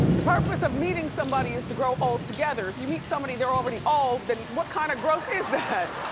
the purpose of meeting somebody is to grow old together. if you meet somebody, they're already old, then what kinda kind of growth is that?